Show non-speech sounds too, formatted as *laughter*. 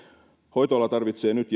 hoitoala tarvitsee nyt *unintelligible*